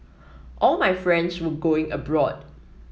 all my friends were going abroad